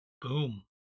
Boom